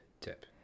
tip